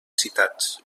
citats